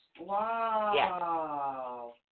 Wow